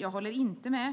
Jag håller inte med.